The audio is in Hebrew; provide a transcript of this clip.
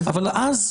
אבל אז,